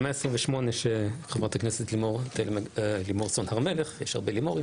ה-128 שחברת הכנסת לימור סון הר מלך יש הרבה לימורים